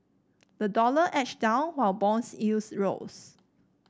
the dollar edged down while bonds yields rose